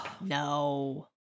No